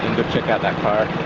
check out that car.